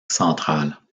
central